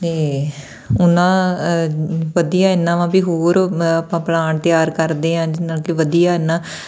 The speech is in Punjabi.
ਅਤੇ ਉਹਨਾਂ ਵਧੀਆ ਇੰਨਾਂ ਵਾ ਵੀ ਹੋਰ ਆਪਾਂ ਪਲਾਂਟ ਤਿਆਰ ਕਰਦੇ ਹਾਂ ਜਿਹਦੇ ਨਾਲ ਕਿ ਵਧੀਆ ਨਾ